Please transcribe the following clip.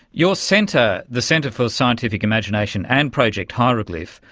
your centre, the centre for scientific imagination, and project hieroglyph,